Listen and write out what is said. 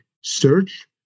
Search